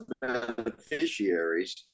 beneficiaries